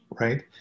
right